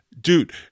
dude